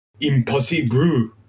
impossible